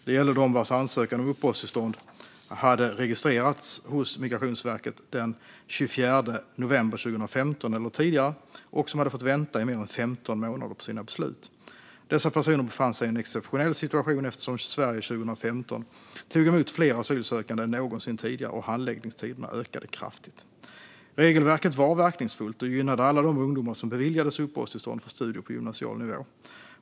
Det gällde de vars ansökan om uppehållstillstånd hade registrerats hos Migrationsverket den 24 november 2015 eller tidigare och som hade fått vänta i mer än 15 månader på sina beslut. Dessa personer befann sig i en exceptionell situation eftersom Sverige 2015 tog emot fler asylsökande än någonsin tidigare och handläggningstiderna ökade kraftigt. Regelverket var verkningsfullt och gynnade alla de ungdomar som beviljades uppehållstillstånd för studier på gymnasial nivå.